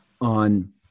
on